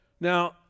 Now